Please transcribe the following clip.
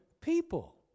people